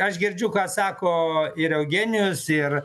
aš girdžiu ką sako ir eugenijus ir